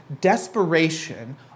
desperation